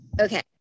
okay